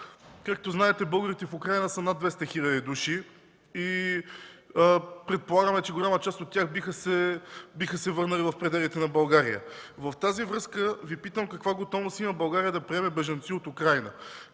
Както знаете, българите в Украйна са над 200 хиляди души и предполагаме, че голяма част от тях биха се върнали в пределите на България. Във връзка с това Ви питам: Каква готовност има България да приеме бежанци от Украйна,